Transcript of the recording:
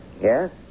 Yes